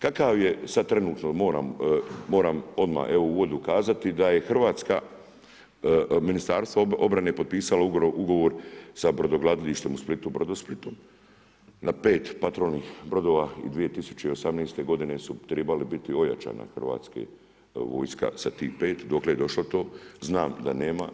Kakav je sad trenutno moram odmah evo u uvodu kazati da je Hrvatska, Ministarstvo obrane potpisalo ugovor sa brodogradilištem u Splitu Brodosplitom na pet patrolnih brodova i 2018. godine su tribali biti ojačana Hrvatska vojska sa tih 5. Dokle je došlo to znam da nema.